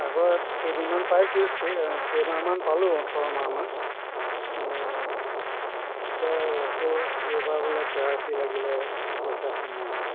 আগত কেইদিনমান পাইছোঁ কেইমাহমান পালোঁ ওঠৰ মাহমান এই এতিয়া আকৌ এইবাৰ বোলে কে ৱাই চি লাগিলে পইচা সোমোৱা নাই